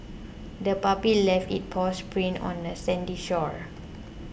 the puppy left its paw prints on the sandy shore